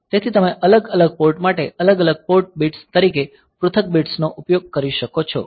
તેથી તમે અલગ અલગ પોર્ટ માટે અલગ અલગ પોર્ટ બિટ્સ તરીકે પૃથક બિટ્સનો ઉપયોગ કરી શકો છો